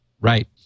right